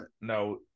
No